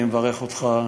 אני מברך אותך,